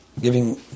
giving